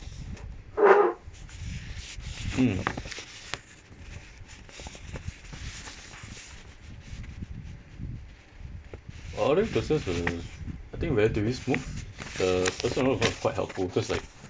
mm the ordering process was I think relatively smooth uh the person over the phone was quite helpful because like